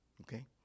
okay